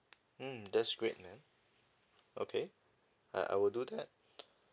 mm that's great man okay I I will do that